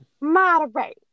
moderate